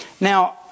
now